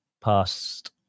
past